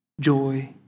joy